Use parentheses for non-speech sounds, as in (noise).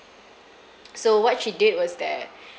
(noise) so what she did was that (breath)